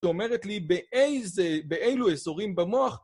ואומרת לי באיזה... באילו אזורים במוח